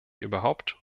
überhaupt